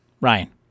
Ryan